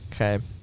Okay